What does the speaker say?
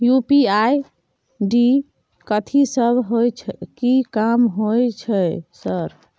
UPI ID कथि सब हय कि काम होय छय सर?